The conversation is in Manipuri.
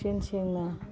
ꯏꯁꯦꯡ ꯁꯦꯡꯅ